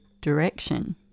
direction